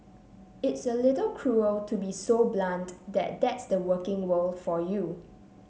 it's a little cruel to be so blunt but that's the working world for you